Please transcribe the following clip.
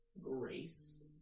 Grace